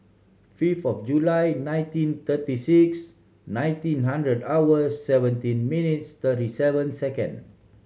five of July nineteen thirty six nineteen hunderd hours seventeen minutes thirty seven second